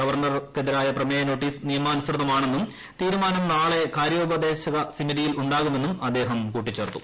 ഗവർണർക്കെതിരായ പ്രമേയ നോട്ടീസ് നിയമാനുസൃതമാണെന്നും തീരുമാനം നാളെ കാര്യോപദേശക സമിതിയിൽ ഉണ്ടാകുമെന്നും അദ്ദേഹം കൂട്ടിച്ചേർത്തു